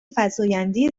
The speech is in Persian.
فزاینده